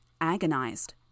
agonized